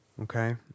okay